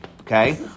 okay